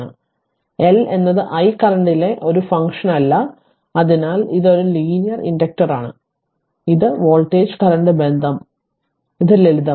അതിനാൽ L എന്നത് I കറന്റിലെ ഒരു ഫംഗ്ഷനല്ല അതിനാൽ ഇത് ഒരു ലീനിയർ ഇൻഡക്റ്ററാണ് അതിനാൽ ഇത് വോൾട്ടേജ് കറന്റ് ബന്ധം ലളിതമാണ്